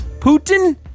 Putin